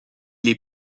les